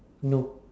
no